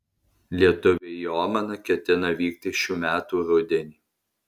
lietuviai į omaną ketina vykti šių metų rudenį